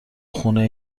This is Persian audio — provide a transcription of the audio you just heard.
خونه